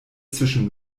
zwischen